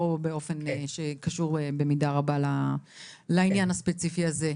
לא באופן שקשור במידה רבה לעניין הספציפי הזה.